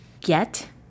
get